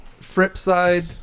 *FripSide*